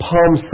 Palm